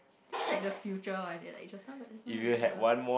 this like the future like that like just what just now on Tinder